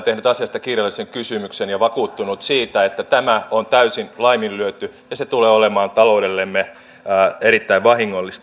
olen tehnyt asiasta kirjallisen kysymyksen ja vakuuttunut siitä että tämä on täysin laiminlyöty ja se tulee olemaan taloudellemme erittäin vahingollista